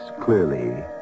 clearly